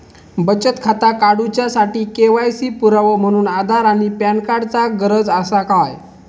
बचत खाता काडुच्या साठी के.वाय.सी पुरावो म्हणून आधार आणि पॅन कार्ड चा गरज आसा काय?